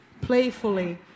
Playfully